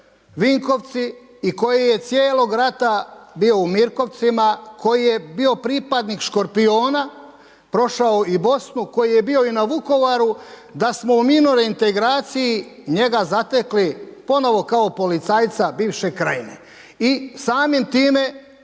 Vinkovci i koji je cijelog rata bio u Mirkovcima, koji je bio pripadnik Škorpiona prošao i Bosnu, koji je bio i na Vukovaru da smo u mirnoj reintegraciji njega zatekli ponovo kao policajca bivše krajine i samim time